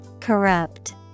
Corrupt